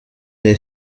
der